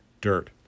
dirt